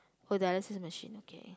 oh dialysis machine okay